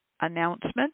announcement